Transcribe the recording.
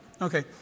Okay